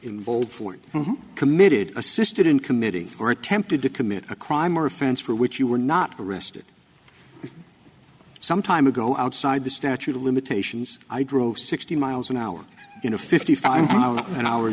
in vote for committed assisted in committee or attempted to commit a crime or offense for which you were not arrested some time ago outside the statute of limitations i drove sixty miles an hour in a fifty five an hour